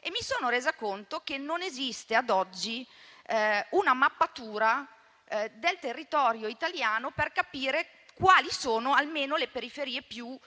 e mi sono resa conto che non esiste ad oggi una mappatura del territorio italiano per capire almeno quali siano le periferie con